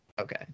Okay